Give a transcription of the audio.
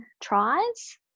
tries